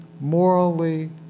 morally